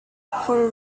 for